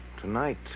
Tonight